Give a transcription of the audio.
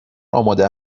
آماده